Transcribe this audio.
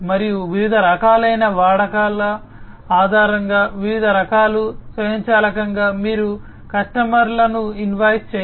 మరియు వివిధ రకాలైన వాడకం ఆధారంగా వివిధ రకాలు స్వయంచాలకంగా మీరు కస్టమర్లను ఇన్వాయిస్ చేయాలి